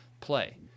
play